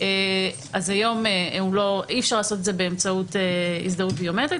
כשהיום אי אפשר לעשות את זה באמצעות הזדהות ביומטרית,